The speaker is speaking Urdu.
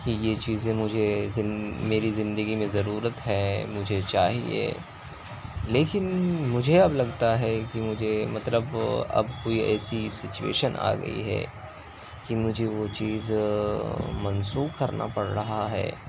کہ یہ چیزیں مجھے میری زندگی میں ضرورت ہے مجھے چاہیے لیکن مجھے اب لگتا ہے کہ مجھے مطلب اب کوئی ایسی سچویشن آ گئی ہے کہ مجھے وہ چیز منسوخ کرنا پڑ رہا ہے